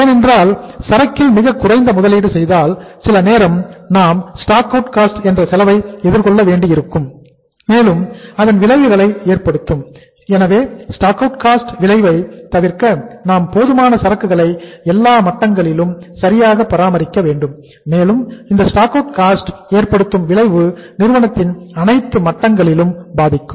ஏனென்றால் சரக்கில் மிகக்குறைந்த முதலீடு செய்தால் சில நேரம் நாம் ஸ்டாக்அவுட் காஸ்ட் ஏற்படுத்தும் விளைவு நிறுவனத்தின் அனைத்து மட்டங்களிலும்பாதிக்கும்